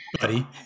Buddy